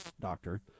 doctor